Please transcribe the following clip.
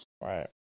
right